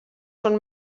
són